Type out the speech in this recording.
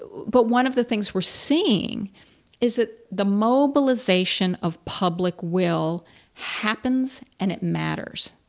but one of the things we're seeing is that the mobilization of public will happens and it matters.